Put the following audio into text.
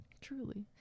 Truly